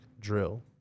drill